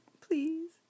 Please